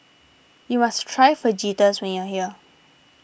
you must try Fajitas when you are here